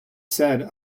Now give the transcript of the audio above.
said